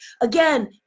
Again